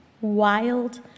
wild